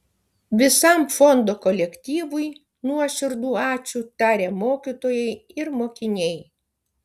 visam fondo kolektyvui nuoširdų ačiū taria mokytojai ir mokiniai